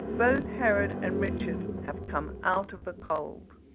both herod and richard have come out of the cold.